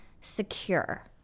secure